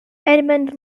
edmund